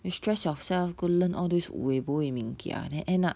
you stress yourself go learn all these 五 eh 博 eh 明博:ming kia then end up